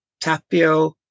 Tapio